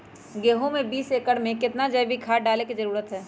गेंहू में बीस एकर में कितना जैविक खाद डाले के जरूरत है?